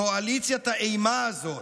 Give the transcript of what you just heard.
קואליציית האימה הזאת,